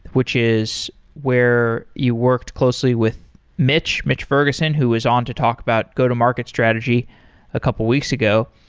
which is where you worked closely with mitch, mitch ferguson, who is on to talk about go to market strategy a couple of weeks ago.